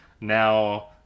Now